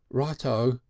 right o.